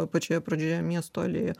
pačioje pradžioje miesto alėja